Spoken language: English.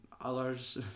others